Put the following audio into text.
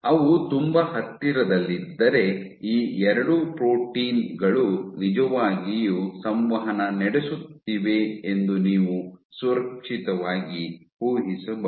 ಅವು ತುಂಬಾ ಹತ್ತಿರದಲ್ಲಿದ್ದರೆ ಈ ಎರಡು ಪ್ರೋಟೀನ್ ಗಳು ನಿಜವಾಗಿಯೂ ಸಂವಹನ ನಡೆಸುತ್ತಿವೆ ಎಂದು ನೀವು ಸುರಕ್ಷಿತವಾಗಿ ಊಹಿಸಬಹುದು